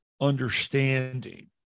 understanding